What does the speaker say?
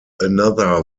another